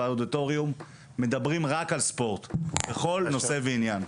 באודיטוריום - מדברים רק על ספורט בכל נושא ועניין.